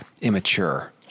immature